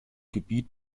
gebiet